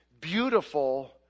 beautiful